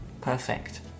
Perfect